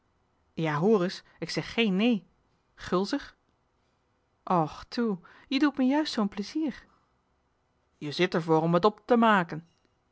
hoor es ik zeg geen nee gulzig och toe je doet me juist zoo'n plezier je zit er voor om het op te maken